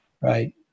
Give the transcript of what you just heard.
right